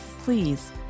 please